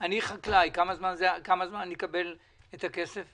אני חקלאי תוך כמה זמן אקבל את הכסף?